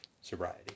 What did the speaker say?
sobriety